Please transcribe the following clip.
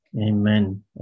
Amen